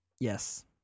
Yes